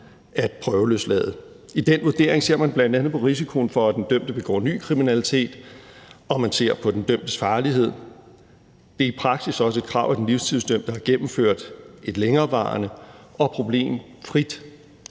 at prøveløslade. I den vurdering ser man bl.a. på risikoen for, at den dømte begår ny kriminalitet, og man ser på den dømtes farlighed. Det er i praksis også et krav, at den livstidsdømte har gennemført et længerevarende og problemfrit